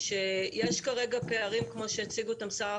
האמת שכמו בפעם שעברה נמצאים כאן המון נציגים שמגינים על